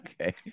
Okay